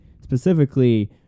specifically